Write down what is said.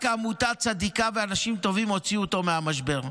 רק עמותה צדיקה ואנשים טובים הוציאו אותו מהמשבר.